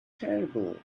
terrible